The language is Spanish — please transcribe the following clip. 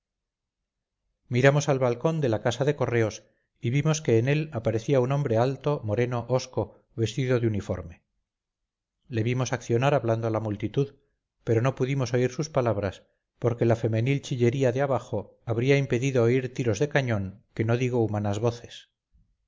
miramos al balcón de la casa de correos y vimos que en él aparecía un hombre alto moreno hosco vestido de uniforme le vimos accionar hablando a la multitud pero no pudimos oír sus palabras porque la femenil chillería de abajo habría impedido oír tiros de cañón que no digo humanas voces